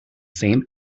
same